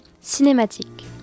Cinématique